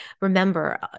remember